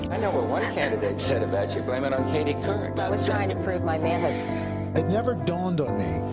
i know where one candidate said about your blaming on katie couric. but i was trying to prove my. and it never dawned on me,